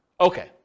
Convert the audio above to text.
Okay